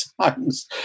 times